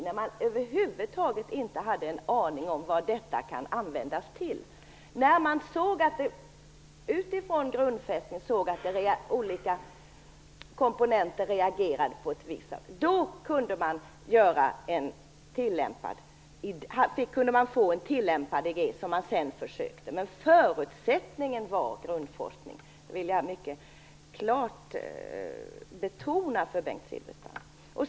Man hade över huvud taget ingen aning om vad detta kunde användas till, men när man utifrån grundforskningen såg att olika komponenter reagerade på ett visst sätt kunde man få en tillämpad idé som man sedan försökte med. Men förutsättningen var grundforskning, och det vill jag mycket klart betona för Bengt Silfverstrand.